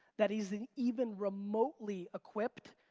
that is even remotely equipped,